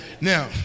Now